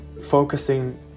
focusing